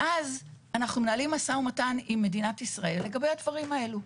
ואז אנחנו מנהלים משא ומתן עם מדינת ישראל לגבי הדברים האלו.